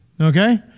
Okay